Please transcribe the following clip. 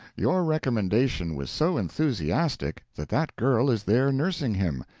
your recommendation was so enthusiastic that that girl is there nursing him,